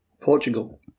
Portugal